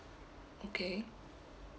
okay